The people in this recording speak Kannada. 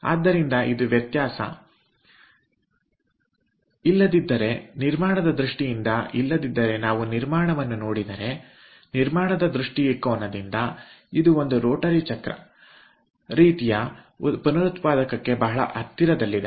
ಆದ್ದರಿಂದ ಇದು ಇವುಗಳ ವ್ಯತ್ಯಾಸ ಇಲ್ಲದಿದ್ದರೆ ನಿರ್ಮಾಣದ ದೃಷ್ಟಿಯಿಂದ ಇಲ್ಲದಿದ್ದರೆ ನಾವು ನಿರ್ಮಾಣವನ್ನು ನೋಡಿದರೆನಿರ್ಮಾಣದ ದೃಷ್ಟಿಕೋನದಿಂದಇದು ಒಂದು ರೋಟರಿ ಚಕ್ರ ರೀತಿಯ ಪುನರುತ್ಪಾದಕಕ್ಕೆ ಬಹಳ ಹತ್ತಿರದಲ್ಲಿದೆ